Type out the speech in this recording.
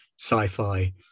sci-fi